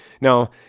Now